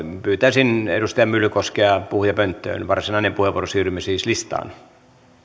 pyytäisin edustaja myllykoskea puhujapönttöön varsinainen puheenvuoro siirrymme siis listaan